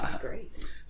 Great